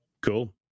cool